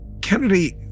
Kennedy